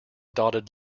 dotted